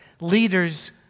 leaders